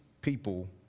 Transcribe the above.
people